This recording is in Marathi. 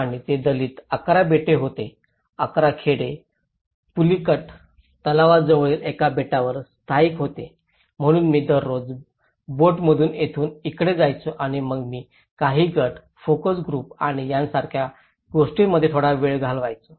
आणि ते दलित 11 बेट होते 11 खेडे पुलिकट तलावाजवळील एका बेटावर स्थायिक होते म्हणून मी दररोज बोटमधून येथून इकडे यायचो आणि मग मी काही गट फोकस ग्रुप आणि यासारख्या गोष्टींमध्ये थोडा वेळ घालवायचो